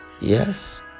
yes